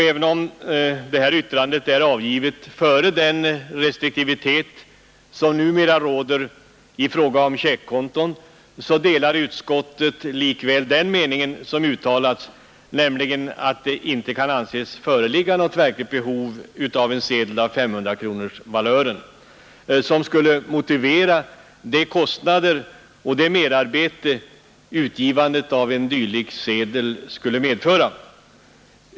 Även om detta yttrande är avgivet innan nuvarande restriktivitet i fråga om användning av checkar infördes delar utskottet likväl den mening som uttalats, nämligen att det inte kan anses föreligga något verkligt behov av en sedel i 500-kronorsvalören som skulle motivera de kostnader och det merarbete som utgivandet av en dylik sedel skulle medföra.